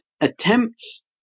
attempts